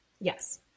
Yes